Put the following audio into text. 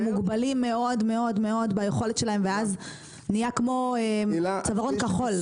מוגבלים מאוד ביכולת שלהם ואז נהיה כמו צווארון כחול בהייטק.